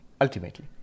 ultimately